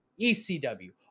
ECW